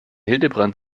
hildebrand